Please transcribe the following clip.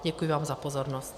Děkuji vám za pozornost.